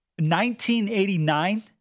1989